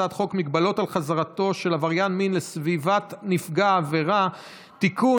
הצעת חוק מגבלות על חזרתו של עבריין מין לסביבת נפגע עבירה (תיקון,